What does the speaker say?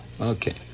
Okay